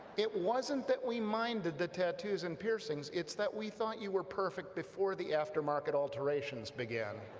it wasn't that we minded the tattoos and piercings, it's that we thought you were perfect before the aftermarket alterations began